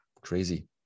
crazy